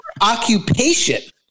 occupation